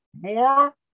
more